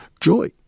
joy